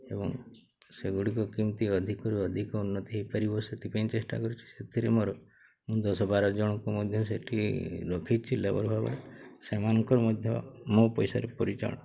ଏବଂ ସେଗୁଡ଼ିକ କେମିତି ଅଧିକରୁ ଅଧିକ ଉନ୍ନତି ହେଇପାରିବ ସେଥିପାଇଁ ଚେଷ୍ଟା କରୁଛି ସେଥିରେ ମୋର ମୁଁ ଦଶ ବାର ଜଣଙ୍କୁ ମଧ୍ୟ ସେଠି ରଖିଛି ଲେବର୍ ଭାବରେ ସେମାନଙ୍କର ମଧ୍ୟ ମୋ ପଇସାରେ ପରିଚାଳନା